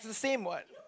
the same what